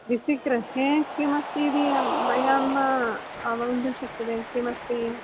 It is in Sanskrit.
द्विसी गृहे किमस्ति इति मया न अवगन्तुं शक्यते किमस्ति